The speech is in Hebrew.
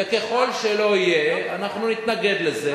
וככל שלא תהיה, אנחנו נתנגד לזה.